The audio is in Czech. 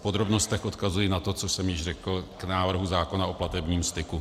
V podrobnostech odkazuji na to, co jsem již řekl k návrhu zákona o platebním styku.